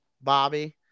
Bobby